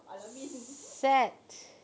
set